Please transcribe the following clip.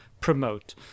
promote